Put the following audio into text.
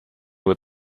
with